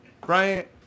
Bryant